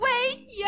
Wait